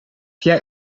jij